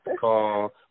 call